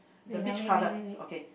the beach colour okay